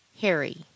harry